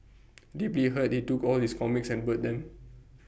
deeply hurt he took all his comics and burnt them